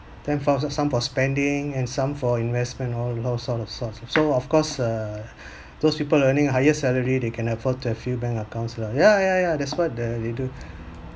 then for s~ some for spending and some for investment all all sort of source lah so of course uh those people earning higher salary they can afford to have few bank accounts lah ya ya ya that's what uh they do